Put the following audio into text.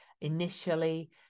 initially